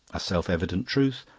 a self-evident truth,